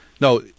no